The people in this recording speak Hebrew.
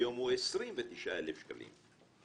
היום הוא 29,000 שקלים,